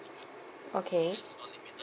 okay